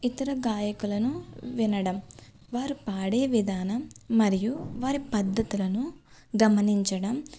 ఇతర గాయకులను వినడం వారు పాడే విధానం మరియు వారి పద్ధతులను గమనించడం